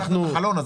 אבל פתחת את החלון,